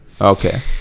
Okay